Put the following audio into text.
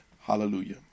Hallelujah